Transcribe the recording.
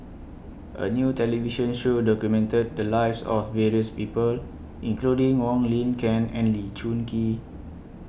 A New television Show documented The Lives of various People including Wong Lin Ken and Lee Choon Kee